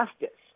justice